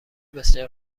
بسیار